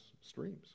streams